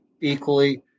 equally